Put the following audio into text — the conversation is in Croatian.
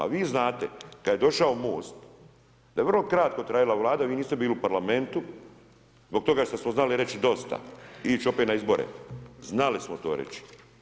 Vi znate kada je došao Most da je vrlo kratko trajala vlada i vi niste bili u Parlamentu zbog toga što smo znali reći dosta i ići opet na izbore, znali smo to reći.